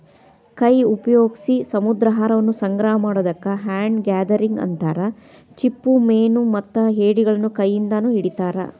ಕೈ ಉಪಯೋಗ್ಸಿ ಸಮುದ್ರಾಹಾರವನ್ನ ಸಂಗ್ರಹ ಮಾಡೋದಕ್ಕ ಹ್ಯಾಂಡ್ ಗ್ಯಾದರಿಂಗ್ ಅಂತಾರ, ಚಿಪ್ಪುಮೇನುಮತ್ತ ಏಡಿಗಳನ್ನ ಕೈಯಿಂದಾನ ಹಿಡಿತಾರ